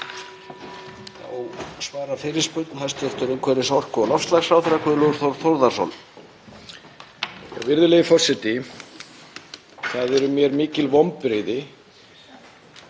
Það eru mér mikil vonbrigði